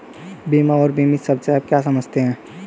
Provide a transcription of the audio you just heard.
बीमा और बीमित शब्द से आप क्या समझते हैं?